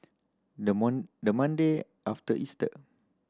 the the Monday after Easter